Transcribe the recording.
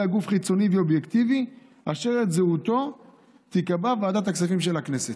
גוף חיצוני ואובייקטיבי אשר את זהותו תקבע ועדת הכספים של הכנסת.